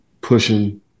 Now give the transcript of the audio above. pushing